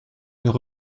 nous